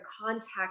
contact